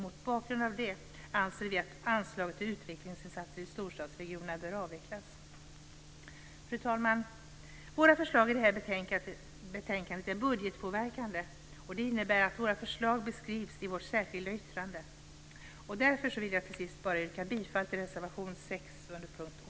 Mot bakgrund av detta anser vi att anslaget till utvecklingsinsatser i storstadsregionerna bör avvecklas. Fru talman! Våra förslag i det här betänkandet är budgetpåverkande. Det innebär att våra förslag beskrivs i vårt särskilda yttrande, och därför vill jag till sist bara yrka bifall till reservation 6 under punkt 8.